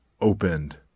opened